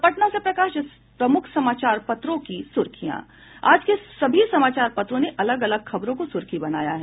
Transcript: अब पटना से प्रकाशित प्रमुख समाचार पत्रों की सुर्खियां आज के सभी समाचार पत्रों ने अलग अलग खबरों को सुर्खी बनाया है